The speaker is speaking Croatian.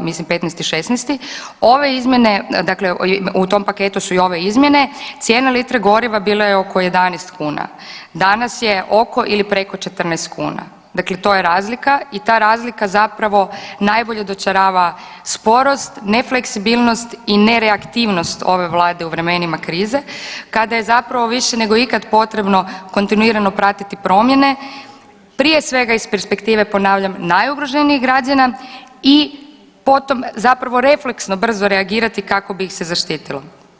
mislim 15., 16., ove izmjene dakle u tom paketu su i ove izmjene, cijena litra goriva bila je oko 11 kuna, danas je oko ili preko 14 kuna, dakle to je razlika i ta razlika zapravo najbolje dočarava sporost, ne fleksibilnost i nereaktivnost ove Vlade u vremenima krize kada je zapravo više nego ikad potrebno kontinuirano pratiti promjene, prije svega iz perspektive ponavljam najugroženijih građana i potom zapravo refleksno brzo reagirati kako bi ih se zaštitilo.